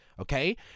okay